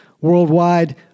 Worldwide